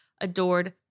adored